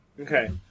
Okay